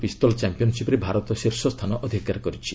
ପିସ୍ତଲ ଚାମ୍ପିୟନସିପ୍ରେ ଭାରତ ଶୀର୍ଷସ୍ଥାନ ଅଧିକାର କରିଛି